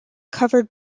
covered